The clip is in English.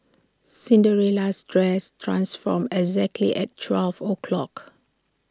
Cinderella's dress transformed exactly at twelve o' clock